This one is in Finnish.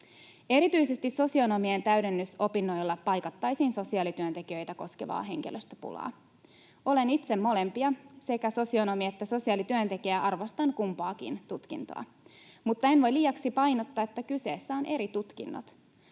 Erityisesti sosionomien täydennysopinnoilla paikattaisiin sosiaalityöntekijöitä koskevaa henkilöstöpulaa. Olen itse molempia, sekä sosionomi että sosiaalityöntekijä, ja arvostan kumpaakin tutkintoa, mutta en voi liiaksi painottaa, että kyseessä ovat eri tutkinnot.